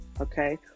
Okay